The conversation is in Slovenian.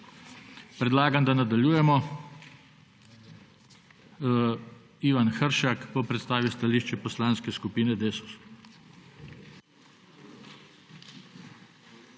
Predlagam, da nadaljujemo. Ivan Hršak bo predstavil stališče Poslanske skupine Desus.